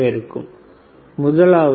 1